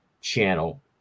channel